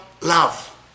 love